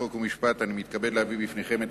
חוק ומשפט אני מתכבד להביא בפניכם את